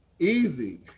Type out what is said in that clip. easy